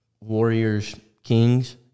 Warriors-Kings